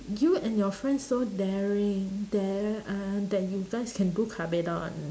you and your friend so daring dar~ uh that you guys can do kabedon